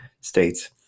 states